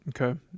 okay